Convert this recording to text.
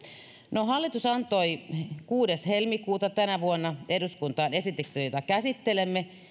no hallitus antoi kuudes helmikuuta tänä vuonna eduskuntaan esityksen jota käsittelemme